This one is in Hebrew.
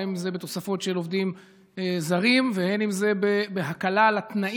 הן אם זה בתוספות של עובדים זרים והן אם זה בהקלה של התנאים.